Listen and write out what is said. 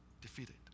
defeated